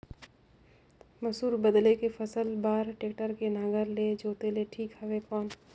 मसूर बदले के फसल बार टेक्टर के नागर ले जोते ले ठीक हवय कौन?